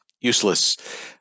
useless